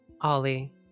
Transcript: Ollie